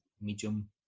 medium